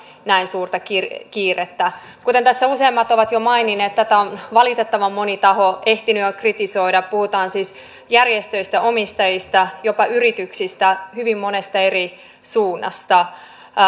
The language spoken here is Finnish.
näin suurta kiirettä kiirettä kuten tässä useammat ovat jo maininneet tätä on valitettavan moni taho ehtinyt jo kritisoida puhutaan siis järjestöistä omistajista jopa yrityksistä hyvin monesta eri suunnasta